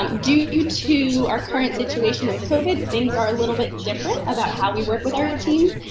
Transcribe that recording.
um due due to our current situation with covid, things are a little bit different about how we work with our teams.